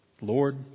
Lord